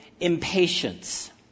impatience